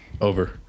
Over